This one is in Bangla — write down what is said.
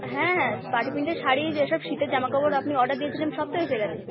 হ্যাঁ বাটি প্রিন্টের শাড়ি যেসব শীতের জামা কাপড় আপনি অর্ডার দিয়েছিলেন সব তো এসে গেছে